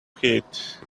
heat